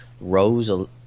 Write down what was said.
rose